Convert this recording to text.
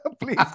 please